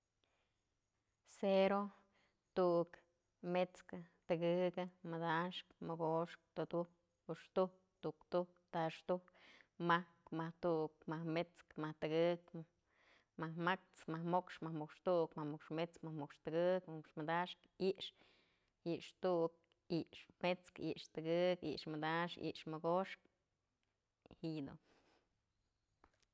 Cero, tu'uk, mets'kë, tëgëkë, madaxk, mogoxk, tudujk, juxtujk, tuktujk, taxtujk, majk, majk tu'uk, majk mets'kë, majk kë tëgëk, majk ma'ax, majk mo'ox, majk mo'ox tu'uk, majk mo'ox mets'kë, majk mo'ox tëgëk, majk mo'ox madaxkë, i'ixë, i'ixë tu'uk, i'ixë mets'kë, i'ixë tëgëk, i'ixë madaxkë, i'ixë mogoxkë jiyë dun.